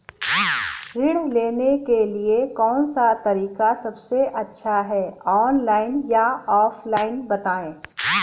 ऋण लेने के लिए कौन सा तरीका सबसे अच्छा है ऑनलाइन या ऑफलाइन बताएँ?